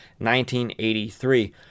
1983